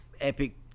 epic